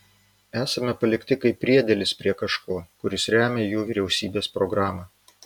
esame palikti kaip priedėlis prie kažko kuris remią jų vyriausybės programą